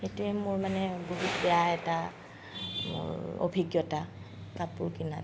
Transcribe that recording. এইটোৱে মোৰ মানে বহুত বেয়া এটা অভিজ্ঞতা কাপোৰ কিনাত